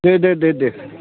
दे दे दे दे